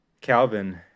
Calvin